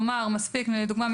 לדוגמה,